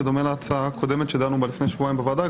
בדומה להצעה הקודמת שדנו בה לפני שבועיים בוועדה,